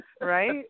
Right